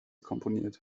komponiert